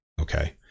okay